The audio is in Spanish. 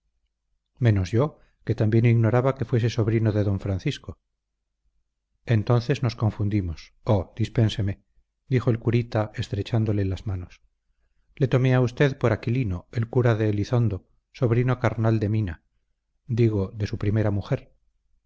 menos yo que también ignoraba que fuese sobrino de d francisco entonces nos confundimos oh dispénseme dijo el curita estrechándole las manos le tomé a usted por aquilino el cura de elizondo sobrino carnal de mina digo de su primera mujer